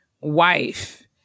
wife